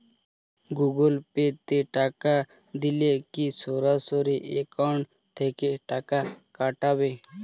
Google Pay তে টাকা দিলে কি সরাসরি অ্যাকাউন্ট থেকে টাকা কাটাবে?